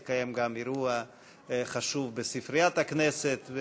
התקיים גם אירוע חשוב בספריית הכנסת,